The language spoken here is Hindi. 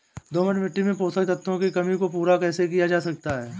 दोमट मिट्टी में पोषक तत्वों की कमी को पूरा कैसे किया जा सकता है?